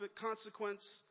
consequence